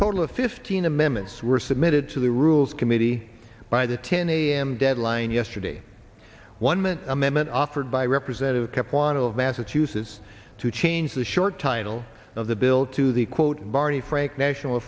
total of fifteen amendments were submitted to the rules committee by the ten a m deadline yesterday one minute amendment offered by representative kept line of massachusetts to change the short title of the bill to the quote barney frank national